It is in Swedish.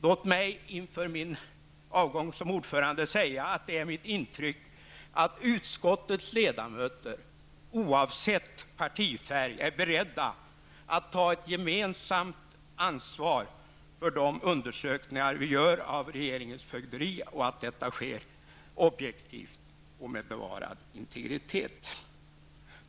Låt mig inför min avgång som ordförande säga att det är mitt intryck att utskottets ledamöter, oavsett partifärg, är beredda att ta ett gemensamt ansvar för de undersökningar vi gör av regeringens fögderi och att det sker objektivt och med bevarad integritet.